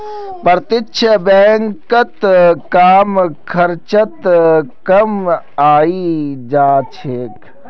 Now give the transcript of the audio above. प्रत्यक्ष बैंकत कम खर्चत काम हइ जा छेक